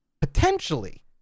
Potentially